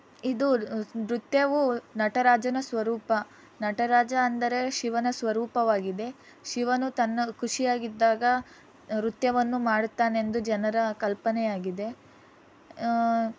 ಇದು ನೃತ್ಯವು ನಟರಾಜನ ಸ್ವರೂಪ ನಟರಾಜ ಅಂದರೆ ಶಿವನ ಸ್ವರೂಪವಾಗಿದೆ ಶಿವನು ತನ್ನ ಖುಷಿಯಾಗಿದ್ದಾಗ ನೃತ್ಯವನ್ನು ಮಾಡುತ್ತಾನೆಂದು ಜನರ ಕಲ್ಪನೆಯಾಗಿದೆ